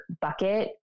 bucket